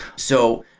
so,